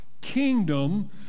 kingdom